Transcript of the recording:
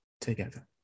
together